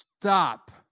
stop